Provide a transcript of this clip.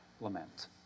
lament